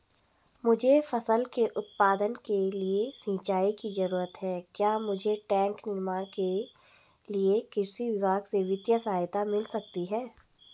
मुझे फसल के उत्पादन के लिए सिंचाई की जरूरत है क्या मुझे टैंक निर्माण के लिए कृषि विभाग से वित्तीय सहायता मिल सकती है?